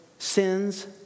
Sins